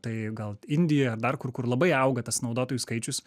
tai gal indijoj ar dar kur kur labai auga tas naudotojų skaičius